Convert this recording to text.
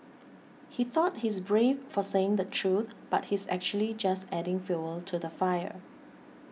he thought he's brave for saying the truth but he's actually just adding fuel to the fire